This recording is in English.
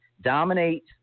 Dominate